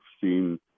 seen